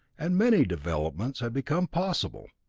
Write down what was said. and many developments had become possible.